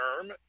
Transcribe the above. term